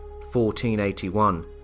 1481